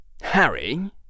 Harry